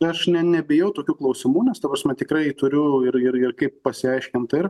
aš ne nebijau tokių klausimų nes ta prasme tikrai turiu ir ir kaip pasiaiškinti ir